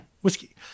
whiskey